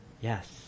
yes